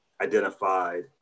identified